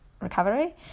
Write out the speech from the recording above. recovery